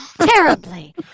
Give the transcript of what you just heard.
terribly